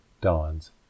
dawns